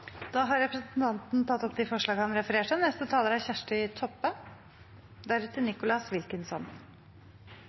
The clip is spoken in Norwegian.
Da har representanten Tellef Inge Mørland tatt opp de forslagene han refererte til. Helse- og